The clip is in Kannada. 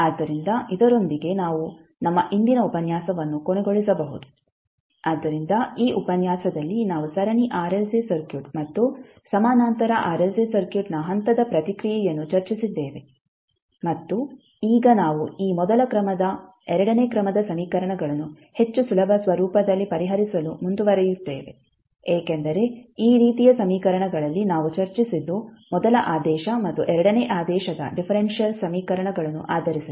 ಆದ್ದರಿಂದ ಇದರೊಂದಿಗೆ ನಾವು ನಮ್ಮ ಇಂದಿನ ಉಪನ್ಯಾಸವನ್ನು ಕೊನೆಗೊಳಿಸಬಹುದು ಆದ್ದರಿಂದ ಈ ಉಪನ್ಯಾಸದಲ್ಲಿ ನಾವು ಸರಣಿ ಆರ್ಎಲ್ಸಿ ಸರ್ಕ್ಯೂಟ್ ಮತ್ತು ಸಮಾನಾಂತರ ಆರ್ಎಲ್ಸಿ ಸರ್ಕ್ಯೂಟ್ನ ಹಂತದ ಪ್ರತಿಕ್ರಿಯೆಯನ್ನು ಚರ್ಚಿಸಿದ್ದೇವೆ ಮತ್ತು ಈಗ ನಾವು ಈ ಮೊದಲ ಕ್ರಮದ ಎರಡನೇ ಕ್ರಮದ ಸಮೀಕರಣಗಳನ್ನು ಹೆಚ್ಚು ಸುಲಭ ಸ್ವರೂಪದಲ್ಲಿ ಪರಿಹರಿಸಲು ಮುಂದುವರಿಯುತ್ತೇವೆ ಏಕೆಂದರೆ ಈ ರೀತಿಯ ಸಮೀಕರಣಗಳಲ್ಲಿ ನಾವು ಚರ್ಚಿಸಿದ್ದು ಮೊದಲ ಆದೇಶ ಮತ್ತು ಎರಡನೇ ಆದೇಶದ ಡಿಫರೆಂಶಿಯಲ್ ಸಮೀಕರಣಗಳನ್ನು ಆಧರಿಸಿದೆ